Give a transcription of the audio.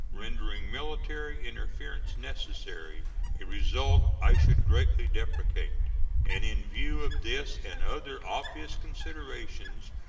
rendering military interference necessary a result i should greatly deprecate and in view of this and other obvious considerations,